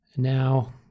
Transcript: Now